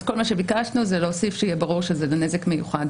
אז כל מה שביקשנו זה להוסיף שיהיה ברור שזה לנזק מיוחד.